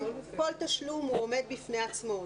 מכיוון שכל תשלום עומד בפני עצמו,